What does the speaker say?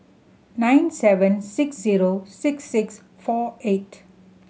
nine seven six zero six six four eight